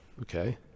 Okay